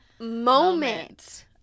moment